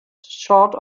short